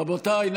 רבותיי,